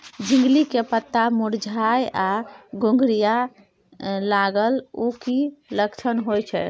झिंगली के पत्ता मुरझाय आ घुघरीया लागल उ कि लक्षण होय छै?